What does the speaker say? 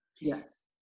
Yes